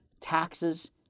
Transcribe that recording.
taxes